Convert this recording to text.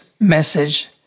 message